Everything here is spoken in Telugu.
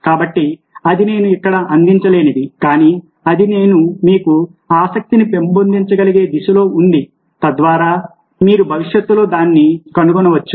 కాబట్టి అది నేను ఇక్కడ అందించలేనిది కానీ అది నేను మీ ఆసక్తిని పెంపొందించగలిగే దిశలో ఉంది తద్వారా మీరు భవిష్యత్తులో దాన్ని కొనసాగించవచ్చు